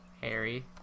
Harry